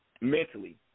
mentally